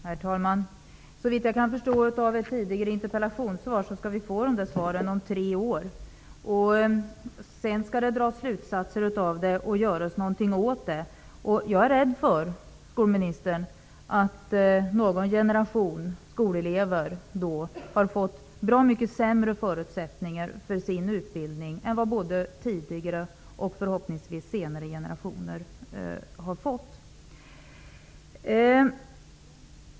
Herr talman! Såvitt jag kan förstå av ett tidigare interpellationssvar skall vi få de svaren om tre år, och sedan skall det dras slutsatser och göras något åt det. Jag är rädd för, skolministern, att någon generation skolelever då kommer att ha fått bra mycket sämre förutsättningar för sin utbildning än vad som är fallet för både tidigare och -- förhoppningsvis -- senare generationer.